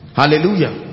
hallelujah